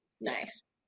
Nice